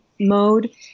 mode